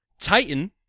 Titan